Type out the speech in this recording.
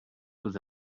with